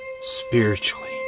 spiritually